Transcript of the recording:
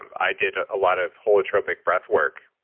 um i did a lot of holotropic breathwork,